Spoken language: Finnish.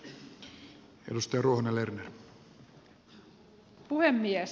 arvoisa puhemies